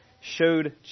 showed